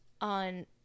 on